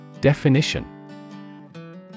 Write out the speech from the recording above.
Definition